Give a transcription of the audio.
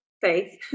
faith